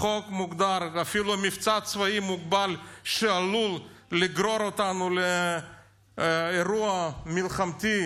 בחוק מוגדר שאפילו מבצע צבאי מוגבל שעלול לגרור אותנו לאירוע מלחמתי